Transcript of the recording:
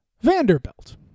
Vanderbilt